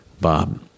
Bob